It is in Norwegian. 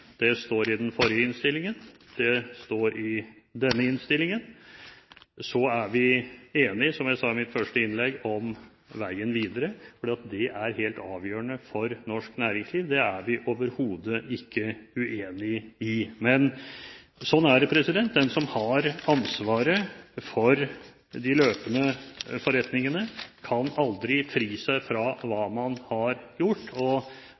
står i den forrige innstillingen, og det står i denne innstillingen. Vi er enige, som jeg sa i mitt første innlegg, om veien videre. Det er helt avgjørende for norsk næringsliv, det er vi overhodet ikke uenig i. Men sånn er det – den som har ansvaret for de løpende forretningene, kan aldri fri seg for hva man har gjort.